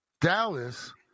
Dallas